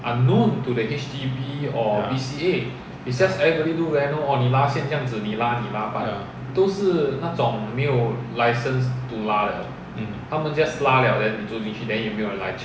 ya ya mm